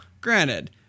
granted